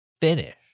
finish